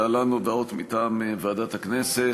להלן הודעות מטעם ועדת הכנסת.